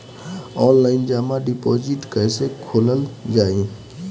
Online जमा deposit कैसे खोलल जाइ?